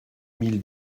mille